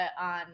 on